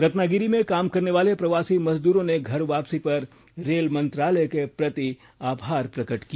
रत्नागिरी में काम करनेवाले प्रवासी मजदूरों ने घर वापसी पर रेल मंत्रालय के प्रति आभार प्रकट किया